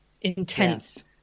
intense